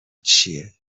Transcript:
چیه